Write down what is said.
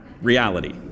reality